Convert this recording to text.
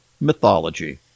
mythology